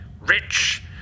rich